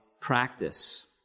practice